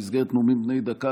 במסגרת נאומים בני דקה,